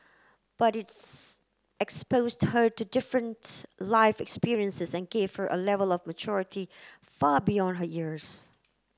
but its exposed her to different life experiences and gave her A Level of maturity far beyond her years